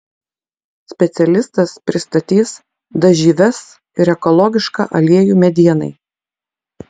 specialistas pristatys dažyves ir ekologišką aliejų medienai